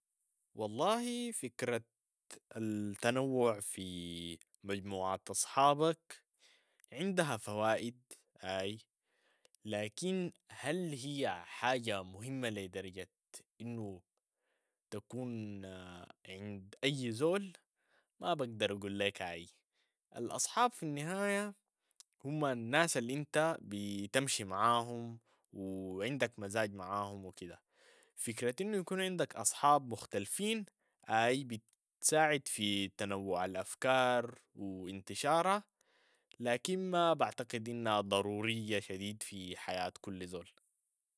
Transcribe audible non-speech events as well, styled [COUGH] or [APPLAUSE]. والله فكرة التنوع في [HESITATION] مجموعة أصحابك عندها فوائد اي، لكن هل هي حاجة مهمة لدرجة أنو تكون [HESITATION] عند أي زول؟ ما بقدر أقول ليك أي. الأصحاب في النهاية هم الناس الأنت بتمشي معاهم و عندك مزاج معاهم و كده، فكرة أنو يكون عندك أصحاب مختلفين اي بتساعد في تنوع الأفكار و انتشارها، لكن ما بعتقد إنها ضرورية شديد في حياة كل زول.